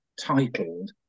titled